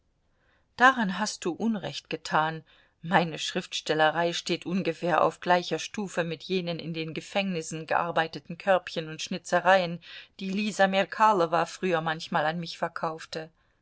daran hast du unrecht getan meine schriftstellerei steht ungefähr auf gleicher stufe mit jenen in den gefängnissen gearbeiteten körbchen und schnitzereien die lisa merkalowa früher manchmal an mich verkaufte